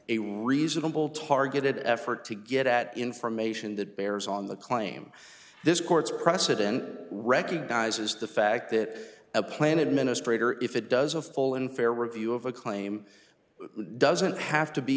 a reasonable targeted effort to get at information that bears on the claim this court's precedent recognizes the fact that a plan administrator if it does a full and fair review of a claim it doesn't have to be